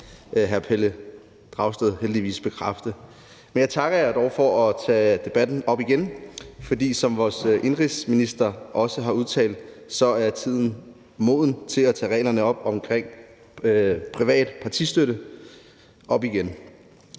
hr. Pelle Dragsted heldigvis bekræfte. Men jeg takker jer dog for at tage debatten op igen, for som vores indenrigsminister også har udtalt, er tiden moden til at tage reglerne om privat partistøtte op igen.